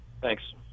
Thanks